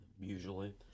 Usually